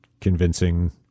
convincing